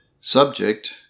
Subject